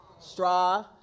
straw